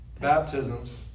baptisms